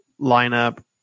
lineup